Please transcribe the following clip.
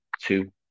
two